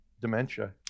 dementia